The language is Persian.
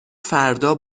فردا